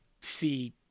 see